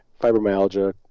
fibromyalgia